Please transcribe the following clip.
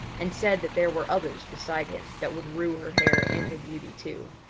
and said that there were others beside him that would rue her hair and her beauty too.